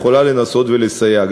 יכולה לנסות ולסייע.